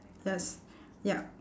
yes yup